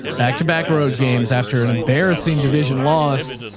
back-to-back road games after an embarrassing division loss.